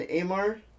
Amar